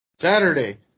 Saturday